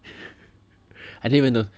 I didn't even no~